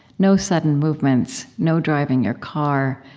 no sudden movements, no driving your car,